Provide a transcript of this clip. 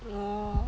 oh